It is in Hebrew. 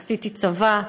עשיתי צבא,